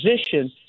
position